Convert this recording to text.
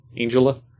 Angela